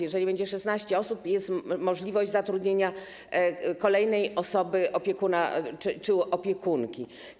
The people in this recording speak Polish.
Jeżeli będzie 16 osób, jest możliwość zatrudnienia kolejnej osoby: opiekuna czy opiekunki.